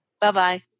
Bye-bye